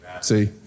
See